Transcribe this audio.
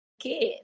kid